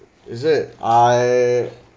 is it I